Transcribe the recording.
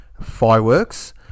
Fireworks